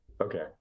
okay